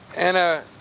anna,